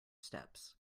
steps